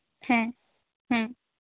ᱦᱮᱸ ᱦᱩᱸ